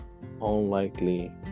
unlikely